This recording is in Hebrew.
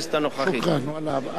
על השנייה.